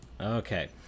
okay